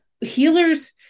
Healers